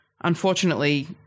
unfortunately